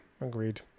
Agreed